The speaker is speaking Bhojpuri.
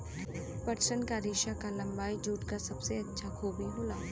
पटसन क रेसा क लम्बाई जूट क सबसे अच्छा खूबी होला